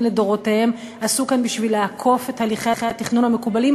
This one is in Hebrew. לדורותיהן עשו כאן בשביל לעקוף את הליכי התכנון המקובלים,